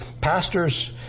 pastors